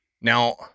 Now